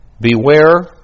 Beware